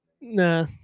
nah